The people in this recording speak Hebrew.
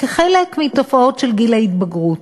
כחלק מתופעות של גיל ההתבגרות.